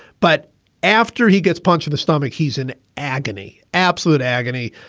but after he gets punch in the stomach, he's in agony, absolute agony.